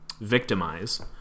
victimize